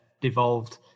devolved